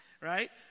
right